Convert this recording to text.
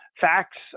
Facts